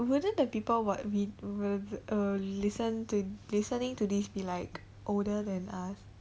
wouldn't the people err listen to listening to this be like older than us